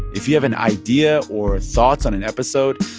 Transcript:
if you have an idea or thoughts on an episode,